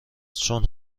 چون